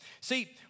See